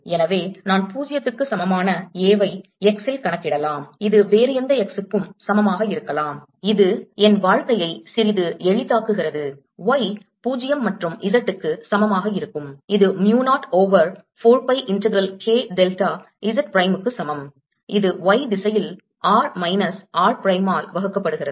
எனவே நான் 0 க்கு சமமான A வை x இல் கணக்கிடலாம் இது வேறு எந்த x க்கும் சமமாக இருக்கலாம் இது என் வாழ்க்கையை சிறிது எளிதாக்குகிறது y 0 மற்றும் z க்கு சமமாக இருக்கும் இது mu 0 over 4 pi integral k delta Z prime க்கு சமம் இது Y திசையில் r மைனஸ் r பிரைமால் வகுக்கப்படுகிறது